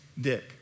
Dick